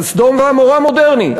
סדום ועמורה מודרני.